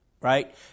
right